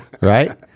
right